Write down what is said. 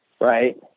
right